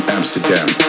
Amsterdam